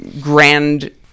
grand